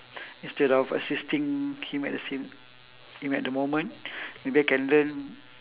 instead of assisting him at the same him at the moment maybe I can learn